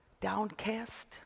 downcast